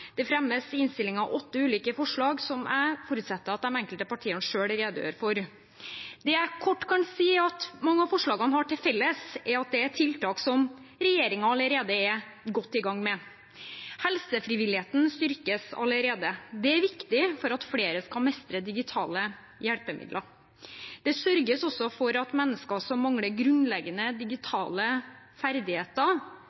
Det fremmes i innstillingen åtte ulike forslag, som jeg forutsetter at de enkelte partiene selv redegjør for. Det jeg kort kan si, er at det mange av forslagene har til felles, er at det er tiltak som regjeringen allerede er godt i gang med. Helsefrivilligheten styrkes allerede. Det er viktig for at flere skal mestre digitale hjelpemidler. Det sørges også for at mennesker som mangler grunnleggende